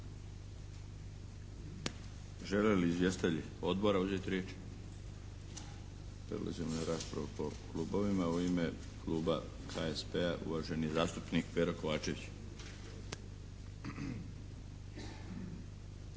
Žele li izvjestitelji odbora uzeti riječ? Preuzima raspravu po klubovima. U ime kluba HSP-a, uvaženi zastupnik Pero Kovačević.